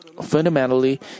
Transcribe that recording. Fundamentally